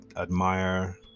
admire